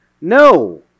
No